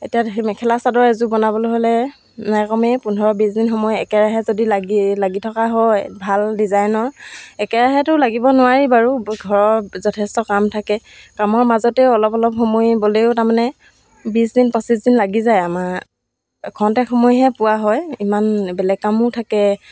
এতিয়া সেই মেখেলা চাদৰ এযোৰ বনাবলৈ হ'লে নাই কমেও পোন্ধৰ বিছ দিন সময় একেৰাহে যদি লাগি লাগি থকা হয় ভাল ডিজাইনৰ একেৰাহেতো লাগিব নোৱাৰি বাৰু ঘৰৰ যথেষ্ট কাম থাকে কামৰ মাজতেও অলপ অলপ সময় বলেও তাৰমানে বিছ দিন পঁচিছ দিন লাগি যায় আমাৰ খন্তেক সময়হে পোৱা হয় ইমান বেলেগ কামো থাকে